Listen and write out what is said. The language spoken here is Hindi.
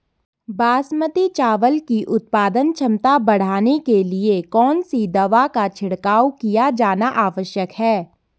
बासमती चावल की उत्पादन क्षमता बढ़ाने के लिए कौन सी दवा का छिड़काव किया जाना आवश्यक है?